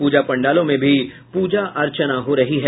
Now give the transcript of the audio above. पूजा पंडालों में भी पूजा अर्चना हो रही है